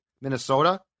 Minnesota